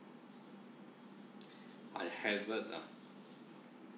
I hazard ah